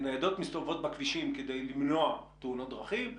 ניידות מסתובבות בכבישים כדי למנוע תאונות דרכים,